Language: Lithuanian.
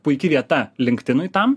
puiki vieta linktinui tam